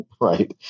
Right